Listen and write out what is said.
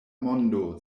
mondo